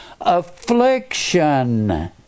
affliction